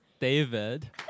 David